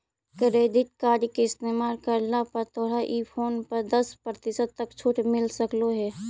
credit card के इस्तेमाल करला पर तोरा ई फोन पर दस प्रतिशत तक छूट मिल सकलों हे